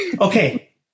Okay